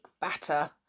batter